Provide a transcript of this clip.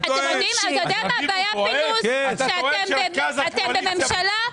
הבעיה היא שאתם בממשלה,